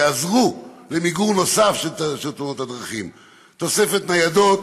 יעזרו למיגור נוסף של תאונות הדרכים: תוספת ניידות,